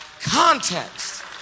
context